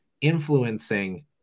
influencing